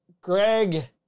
Greg